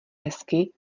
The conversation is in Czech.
hezky